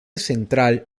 central